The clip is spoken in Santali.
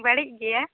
ᱵᱟᱹᱲᱤᱡ ᱜᱮᱭᱟ